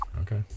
Okay